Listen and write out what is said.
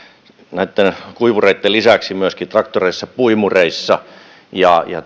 näitten kuivureitten lisäksi myöskin traktoreissa puimureissa ja